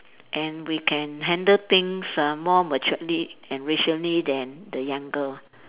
and we can handle things uh more maturely and rationally than the younger one